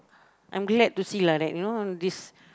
I'm glad to see lah that you know this